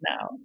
now